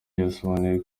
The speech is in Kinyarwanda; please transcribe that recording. yasobanuye